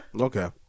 Okay